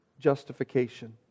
justification